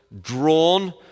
drawn